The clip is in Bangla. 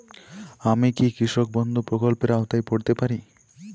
আমি কি কৃষক বন্ধু প্রকল্পের আওতায় পড়তে পারি?